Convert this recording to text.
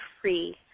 free